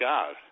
God